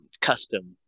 custom